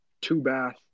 two-bath